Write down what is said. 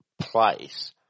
place